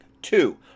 Two